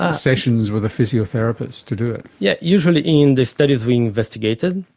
ah sessions with a physiotherapist to do it? yeah usually in the studies we investigated,